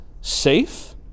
safe